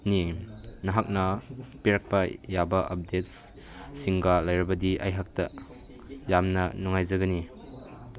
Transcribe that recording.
ꯅꯤ ꯅꯍꯥꯛꯅ ꯄꯤꯔꯛꯄ ꯌꯥꯕ ꯑꯞꯗꯦꯠ ꯁꯤꯡꯒ ꯂꯩꯔꯕꯗꯤ ꯑꯩꯍꯥꯛꯇ ꯌꯥꯝꯅ ꯅꯨꯡꯉꯥꯏꯖꯒꯅꯤ